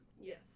yes